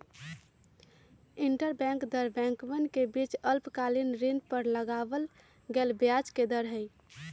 interbank दर बैंकवन के बीच अल्पकालिक ऋण पर लगावल गेलय ब्याज के दर हई